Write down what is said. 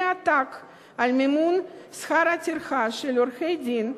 עתק על מימון שכר הטרחה של עורכי-דין,